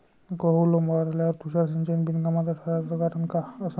गहू लोम्बावर आल्यावर तुषार सिंचन बिनकामाचं ठराचं कारन का असन?